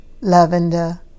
lavender